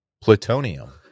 plutonium